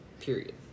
period